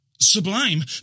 Sublime